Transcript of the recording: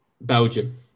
Belgium